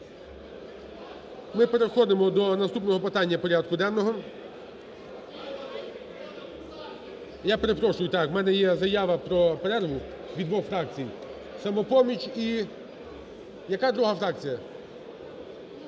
Ми переходимо до наступного питання порядку денного. Я перепрошую, так, в мене є заява про перерву від двох фракцій. "Самопоміч" і яка друга фракція?